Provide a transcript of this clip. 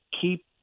keep